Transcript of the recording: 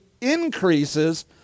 increases